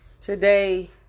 Today